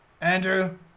Andrew